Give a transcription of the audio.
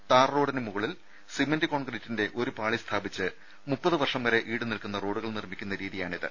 tar റോഡുകൾക്ക് മുകളിൽ cement കോൺക്രീറ്റിന്റെ ഒരു പാളി സ്ഥാപിച്ച് മുപ്പത് വർഷം ഈടുനിൽക്കുന്ന റോഡുകൾ നിർമ്മിക്കുന്ന രീതി യാണിത്